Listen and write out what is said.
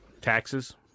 Taxes